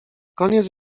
koniec